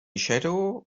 shadow